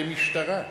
אתם משטרה.